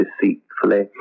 deceitfully